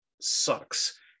sucks